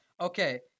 Okay